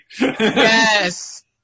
Yes